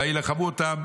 ויילחמו אותם.